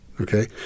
okay